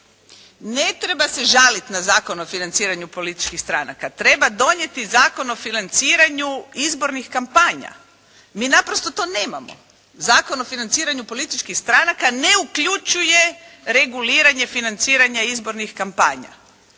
ne treba se žaliti na Zakon o financiranju političkih stranaka, treba donijeti Zakon o financiranju izbornih kampanja. Mi naprosto to nemamo. Zakon o financiranju političkih stranka ne uključuje reguliranje financiranja izbornih kampanja.